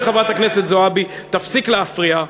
אם חברת הכנסת זועבי תפסיק להפריע,